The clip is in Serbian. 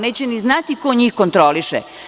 Neće ni znati ko njih kontroliše.